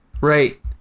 Right